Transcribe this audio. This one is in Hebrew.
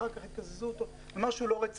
ואחר כך יקזזו אותו זה משהו לא רציני.